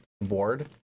board